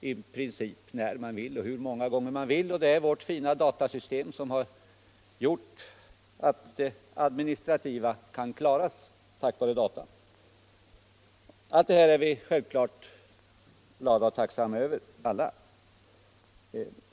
i princip när man vill och hur många gånger man vill. Det är vårt fina datasystem som har gjort att de administrativa uppgifterna i detta avseende kan klaras. Allt det här är vi självfallet alla glada över och tacksamma för.